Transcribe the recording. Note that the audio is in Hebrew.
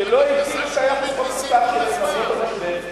שלא הגדילו את היחס חוב תוצר כי הן היו במשבר,